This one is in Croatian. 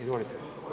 Izvolite.